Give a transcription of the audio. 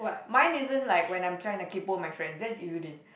mine isn't like when I'm trying to kaypo with my friend that's Izzudin